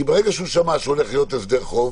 כי ברגע שהוא שמע שהולך להיות הסדר חוב,